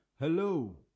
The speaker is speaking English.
hello